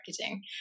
marketing